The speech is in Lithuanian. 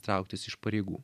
trauktis iš pareigų